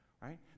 right